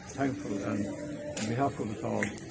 thankful, and on behalf of us all,